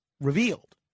revealed